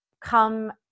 come